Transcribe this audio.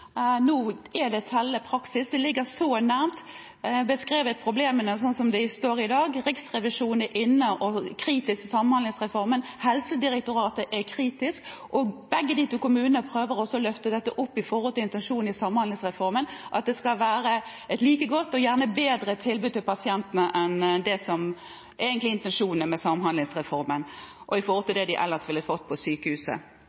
beskrevet problemene slik de står i dag. Riksrevisjonen er inne og er kritisk til samhandlingsrefomen, Helsedirektoratet er kritisk. Og begge de to kommunene prøver å løfte dette opp, i forhold til intensjonen i samhandlingsreformen, at det skal være et like godt og gjerne bedre tilbud til pasientene enn det som egentlig er intensjonen med samhandlingsreformen, og i forhold